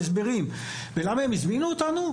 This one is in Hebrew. למה הם הזמינו אותנו?